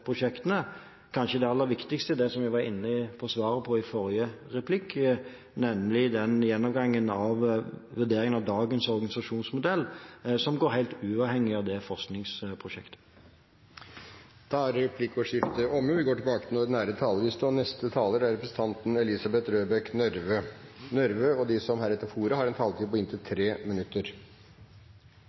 prosjektene. Det kanskje aller viktigste, og som jeg var innom i svaret på forrige replikk, er nemlig gjennomgangen, vurderingen av dagens organisasjonsmodell, som pågår helt uavhengig av det forskningsprosjektet. Replikkordskiftet er omme. De talere som heretter får ordet, har en taletid på inntil 3 minutter. Omstillingsprosessen for sykehusene i hovedstaden var dårlig planlagt. Riksrevisjonen er klar på at det ikke ble tatt tilstrekkelig hensyn til kjente utfordringer ved en